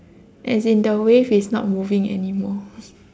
as in the wave is not moving anymore